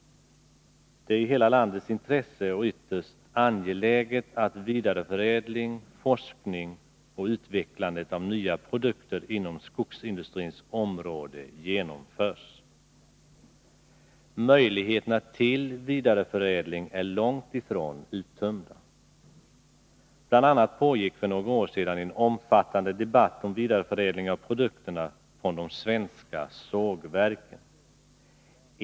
Det är i hela landets intresse och ytterst angeläget att vidareförädling, forskning och utvecklande av nya produkter inom skogsindustrins område genomförs. Möjligheterna till vidareförädling är långt ifrån uttömda. BI. a. pågick för några år sedan en omfattande debatt om vidareförädling av produkterna från de svenska sågverken.